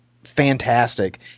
Fantastic